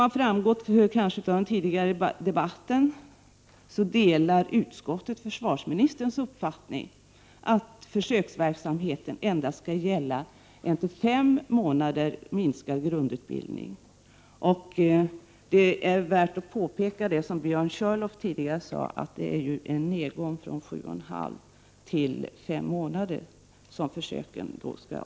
Som framgått av den tidigare debatten delar utskottet försvarsministerns uppfattning att försöksverksamheten endast skall gälla en till fem månader minskad grundutbildning. Det är värt att påpeka att försöken skall omfatta en utbildning under fem månader. Det är en minskning i förhållande till 7,5 månader, vilket Björn Körlof också påpekade.